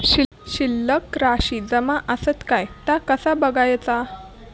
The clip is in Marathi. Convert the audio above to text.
शिल्लक राशी जमा आसत काय ता कसा बगायचा?